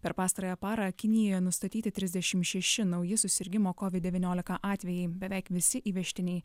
per pastarąją parą kinijoje nustatyti trisdešimt šeši nauji susirgimo covid devyniolika atvejai beveik visi įvežtiniai